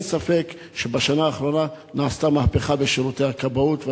אין ספק שבשנה האחרונה נעשתה מהפכה בשירותי הכבאות,